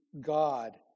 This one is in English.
God